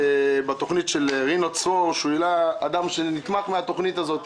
בתוכנית של רינו צרור הוא העלה לשידור אדם שנתמך מן התוכנית הזאת.